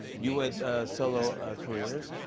you had solo careers.